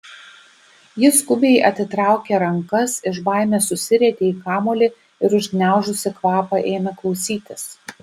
ji skubiai atitraukė rankas iš baimės susirietė į kamuolį ir užgniaužusi kvapą ėmė klausytis